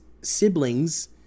siblings